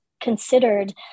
considered